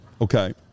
okay